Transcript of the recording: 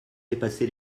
dépassé